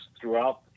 throughout